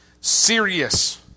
serious